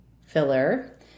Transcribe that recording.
filler